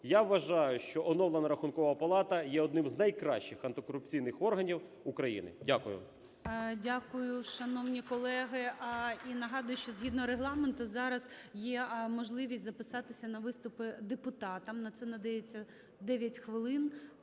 Я вважаю, що оновлена Рахункова палата є одним з найкращих антикорупційних органів України. Дякую. ГОЛОВУЮЧИЙ. Дякую, шановні колеги. І нагадую, що, згідно Регламенту, зараз є можливість записатися на виступи депутатам, на це надається 9 хвилин.